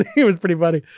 ah was pretty funny.